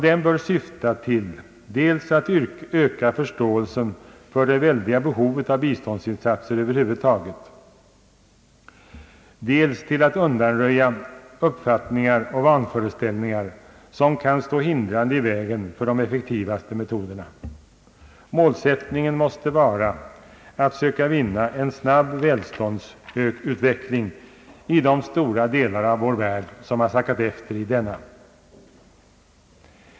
Den bör syfta dels till att öka förståelsen för det väldiga behovet av biståndsinsatser över huvud taget, dels till att undanröja uppfattningar och vanföreställningar som kan stå hindrande i vägen för de effektivaste metoderna. Målsättningen måste vara att söka vinna en snabb välståndsutveckling i de stora delar av vår värld som har sackat efter i denna.